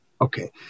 Okay